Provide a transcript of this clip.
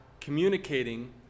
communicating